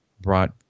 brought